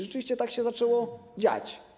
Rzeczywiście tak się zaczęło dziać.